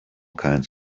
kinds